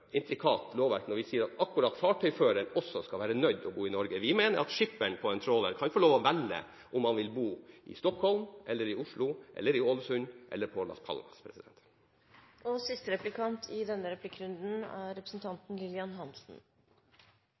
intrikat lovverk når vi sier at fartøyføreren også skal være nødt til å bo i Norge. Vi mener at skipperen på en tråler kan få lov til å velge om han vil bo i Stockholm, i Oslo, i Ålesund eller på Las Palmas. Jeg skal følge opp representanten Ingrid Heggøs replikk, sånn at vi får det nøye: Er